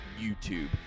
YouTube